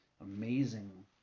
amazing